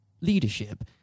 leadership